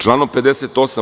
Članom 58.